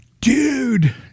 dude